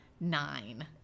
nine